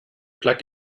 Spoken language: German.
plug